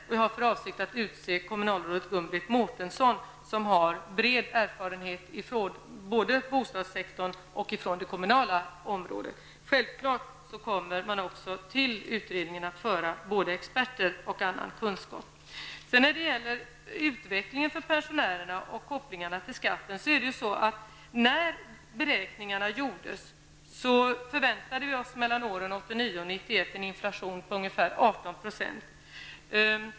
Jag har för avsikt att utse kommunalrådet Gun-Britt Mårtensson, som har bred erfarenhet från både bostadssektorn och det kommunala området. Självklart kommer man också till utredningen att föra både experter och annan kunskap. När det gäller utvecklingen för pensionärerna och kopplingarna till skatten är det ju så att när beräkningarna gjordes förväntade vi oss åren 1989--1991 en inflation på ungefär 18 %.